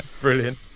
Brilliant